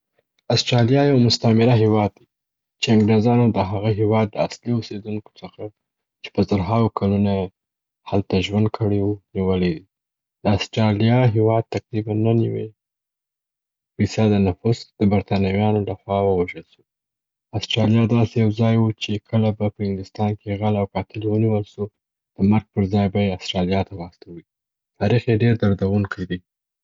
اسټرالیا یو مستعمره هیواد دی چې انګریزانو د هغه هیواد د اصلي اوسیدونکو څخه چې په زرهاوو کلونه یې هلته ژوند کړي وو، نیولی. د اسټرالیا هیواد تقریباً نهه نیوي فیصده نفوس د برتانویانو له خوا ووژل سو. اسټرالیا داسي یو ځای و چې کله به په انګلیستان کي غل او قاتل و نیول سو، د مرګ پر ځای به يې اسټرالیا ته واستوی. تاریخ یې ډېر دردونکی دی.